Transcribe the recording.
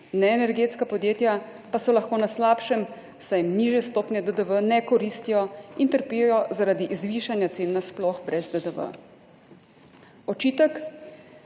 neenergetska podjetja pa so lahko na slabšem, saj jim nižje stopnje DDV ne koristijo in trpijo zaradi zvišanja cen nasploh brez DDV. Očitek,